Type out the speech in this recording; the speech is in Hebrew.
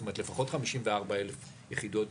זאת אומרת לפחות 54,000 יחידות דיור,